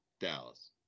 Dallas